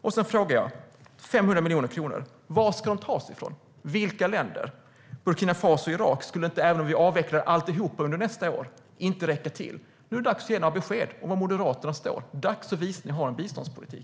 Var ska de 500 miljoner kronorna tas från? Vilka länder? Även om vi avvecklar allt under nästa år i Burkina Faso och Irak skulle det inte räcka till. Nu är det dags att ge besked om var Moderaterna står. Det är dags att visa att ni har en biståndspolitik.